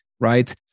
right